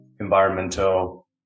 environmental